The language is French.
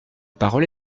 parole